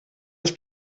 des